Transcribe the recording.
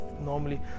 normally